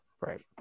Right